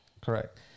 Correct